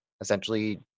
essentially